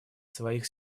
своих